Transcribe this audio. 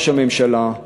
ראש הממשלה,